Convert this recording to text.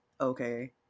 Okay